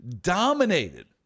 dominated